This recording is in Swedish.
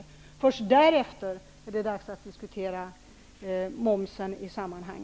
Först därefter är det dags att diskutera momsfrågan i detta sammanhang.